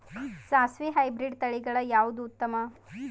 ಸಾಸಿವಿ ಹೈಬ್ರಿಡ್ ತಳಿಗಳ ಯಾವದು ಉತ್ತಮ?